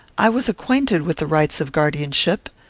i was acquainted with the rights of guardianship.